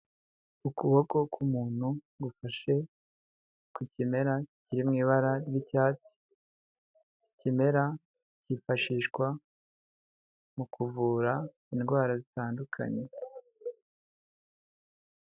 Ukuboko k'umuntu gufashe ku kimera kiri mu ibara ry'icyatsi, ikimera cyifashishwa mu kuvura indwara zitandukanye.